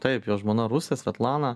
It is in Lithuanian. taip jo žmona rusė svetlana